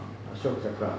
ashok chakra